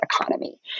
economy